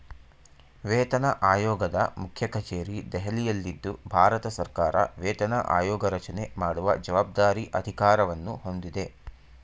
ವೇತನಆಯೋಗದ ಮುಖ್ಯಕಚೇರಿ ದೆಹಲಿಯಲ್ಲಿದ್ದು ಭಾರತಸರ್ಕಾರ ವೇತನ ಆಯೋಗರಚನೆ ಮಾಡುವ ಜವಾಬ್ದಾರಿ ಅಧಿಕಾರವನ್ನು ಹೊಂದಿದೆ